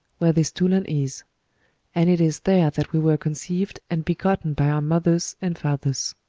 where this tulan is and it is there that we were conceived and begotten by our mothers and fathers.